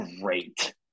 great